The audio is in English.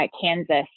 Kansas